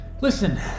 Listen